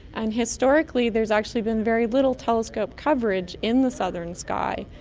and historically there's actually been very little telescope coverage in the southern sky.